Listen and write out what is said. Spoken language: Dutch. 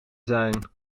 zijn